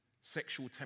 Sexual